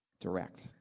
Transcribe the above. direct